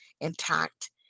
intact